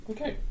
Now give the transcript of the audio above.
Okay